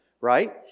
right